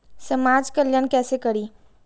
समाज कल्याण केसे करी?